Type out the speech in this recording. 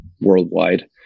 worldwide